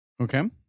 Okay